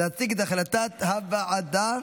להציג את החלטת הוועדה.